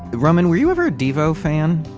roman, were you ever a devo fan?